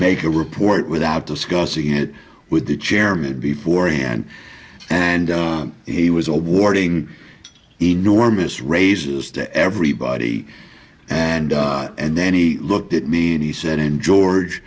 make a report without discussing it with the chairman before hand and he was awarding enormous raises to everybody and and then he looked at me and he said in george